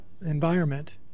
environment